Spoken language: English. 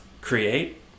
create